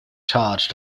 charge